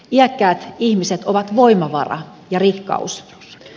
iäkkäät ihmiset ovat voimavara ja rikkaus